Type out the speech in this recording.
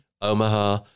Omaha